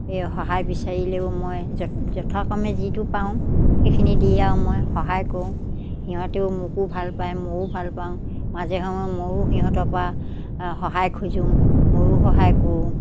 এই সহায় বিচাৰিলেও মই য যথাক্ৰমে যিটো পাৰোঁ সেইখিনি দি আৰু মই সহায় কৰোঁ সিহঁতেও মোকো ভাল পায় ময়ো ভাল পাওঁ মাজে সময়ে ময়ো সিহঁতৰ পৰা সহায় খোজোঁ ময়ো সহায় কৰোঁ